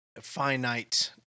finite